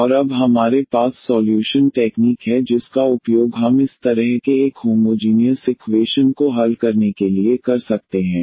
और अब हमारे पास सॉल्यूशन टेक्नीक है जिसका उपयोग हम इस तरह के एक होमोजीनियस इक्वेशन को हल करने के लिए कर सकते हैं